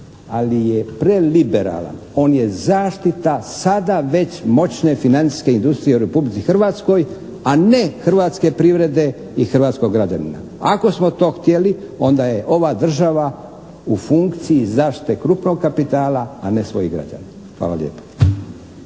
ali je preliberalan, on je zaštita sada već moćne financijske industrije u Republici Hrvatskoj a ne hrvatske privrede i hrvatskog … Ako smo to htjeli onda je ova država u funkciji zaštite krupnog kapitala a ne svojih građana. Hvala lijepa.